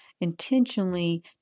intentionally